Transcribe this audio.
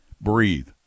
breathe